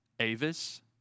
Avis